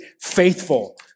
faithful